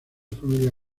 familia